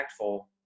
impactful